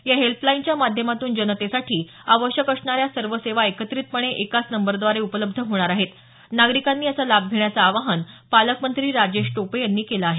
या हेल्पलाईनच्या माध्यमातून जनतेसाठी आवश्यक असणाऱ्या सर्व सेवा एकत्रितपणे एकाच नंबर द्वारे उपलब्ध होणार आहेत नागरिकांनी याचा लाभ घेण्याचं आवाहन पालकमंत्री राजेश टोपे यांनी केलं आहे